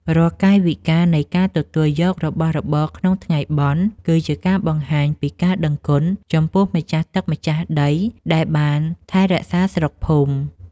រាល់កាយវិការនៃការទទួលយករបស់របរក្នុងថ្ងៃបុណ្យ គឺជាការបង្ហាញពីការដឹងគុណចំពោះម្ចាស់ទឹកម្ចាស់ដីដែលបានថែរក្សាស្រុកភូមិ។